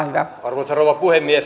arvoisa rouva puhemies